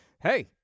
hey